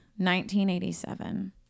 1987